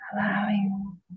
Allowing